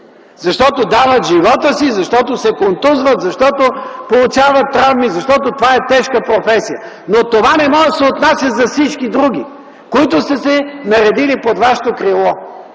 защото дават живота си, защото се контузват, защото получават травми, защото това е тежка професия. Но това не може да се отнася за всички други, които са се наредили под Вашето крило.